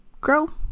grow